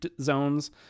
zones